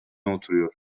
oturuyor